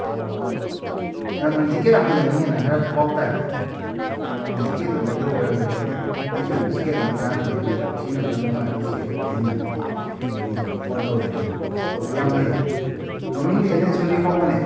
ꯑꯣ ꯅꯪ ꯖꯤꯀꯦꯠ ꯑꯃ ꯂꯩꯅꯤ ꯍꯥꯏꯅ ꯍꯥꯏꯔꯞ ꯄꯥꯎ ꯇꯥꯏꯅꯦ ꯑꯩ ꯅꯉꯣꯟꯗ ꯖꯤꯀꯦꯠꯇꯨ ꯂꯩꯗꯧ ꯑꯣꯏꯔꯒꯗꯤ ꯑꯩꯅ ꯑꯩꯁꯨ ꯖꯤꯀꯦꯠ ꯑꯃ ꯅꯍꯥꯟ ꯂꯩꯔꯨꯏꯌꯦ ꯑꯗꯨ ꯁꯤꯖꯤꯟꯅꯕ ꯌꯥꯝꯅ ꯅꯨꯡꯉꯥꯏ ꯑꯗꯨ ꯖꯤꯀꯦꯠꯇꯨ ꯂꯩꯍꯟꯅꯤꯡꯗꯅ ꯑꯩ ꯅꯉꯣꯟꯗ ꯐꯣꯟ ꯇꯧꯔꯛꯏꯅꯦ ꯄꯣꯠꯁꯨ ꯌꯥꯝꯅ ꯐꯩꯌꯦ ꯃꯃꯤꯡꯗꯤ ꯑꯦꯂꯦꯟ ꯁꯣꯂꯤ ꯀꯧꯕꯅꯤ